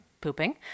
pooping